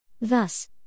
Thus